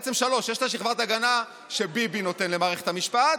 בעצם שלוש: יש את שכבת ההגנה שביבי נותן למערכת המשפט,